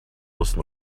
listen